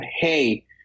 hey